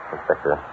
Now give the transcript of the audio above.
Inspector